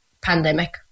pandemic